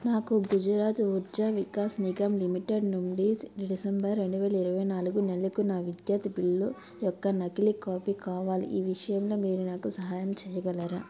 నాకు గుజరాత్ ఉర్జా వికాస్ నిగమ్ లిమిటెడ్ నుండి డిసెంబర్ రెండు వేల ఇరవై నాలుగు నెలకు నా విద్యుత్ బిల్లు యొక్క నకిలీ కాపీ కావాలి ఈ విషయంలో మీరు నాకు సహాయం చేయగలరా